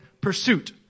pursuit